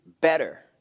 better